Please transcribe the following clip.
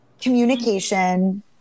communication